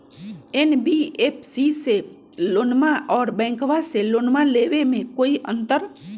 NBFC से लोनमा आर बैंकबा से लोनमा ले बे में कोइ अंतर?